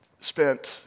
spent